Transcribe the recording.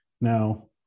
Now